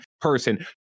person—